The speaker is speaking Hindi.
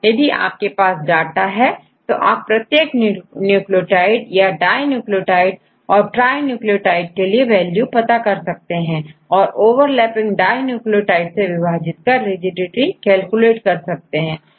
यदि आपके पास डाटा है तो आप प्रत्येक न्यूक्लियोटाइड या डाई न्यूक्लियोटाइड और ट्राई न्यूक्लियोटाइड के लिए वैल्यू पता कर सकते हैं और ओवरलैपिंग डाईन्यूक्लियोटाइड से विभाजित कर rigity कैलकुलेट कर सकते हैं